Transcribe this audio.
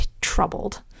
troubled